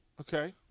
Okay